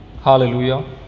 hallelujah